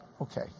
Okay